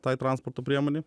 tai transporto priemonei